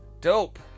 Dope